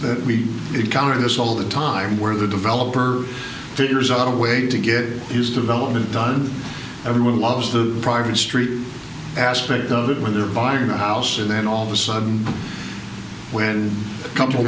seems we encounter this all the time where the developer figures out a way to get his development done everyone loves the prior history aspect of it when they're buying a house and then all of a sudden when a couple